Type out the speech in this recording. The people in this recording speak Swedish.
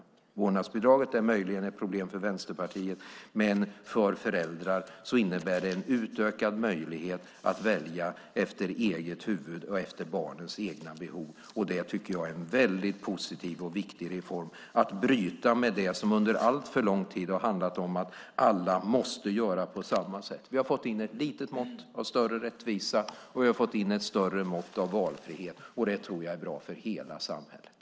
Möjligen är vårdnadsbidraget ett problem för Vänsterpartiet. Men för föräldrar innebär vårdnadsbidraget en utökad möjlighet att välja efter eget huvud och efter barnens behov. Att bryta med det som under en alltför lång tid handlat om att alla måste göra på samma sätt är, tycker jag, en mycket positiv och viktig reform. Vi har fått in ett litet mått av större rättvisa, och vi har fått in ett större mått av valfrihet. Det tror jag är bra för hela samhället.